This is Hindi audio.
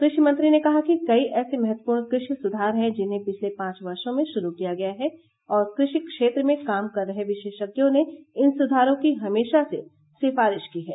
कृषि मंत्री ने कहा कि कई ऐसे महत्वपूर्ण कृषि सुधार हैं जिन्हें पिछले पांच वर्षो में शुरू किया गया है और कृषि क्षेत्र में काम कर रहे विशेषज्ञों ने इन सुधारों की हमेशा से सिफारिश की है